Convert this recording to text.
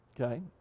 Okay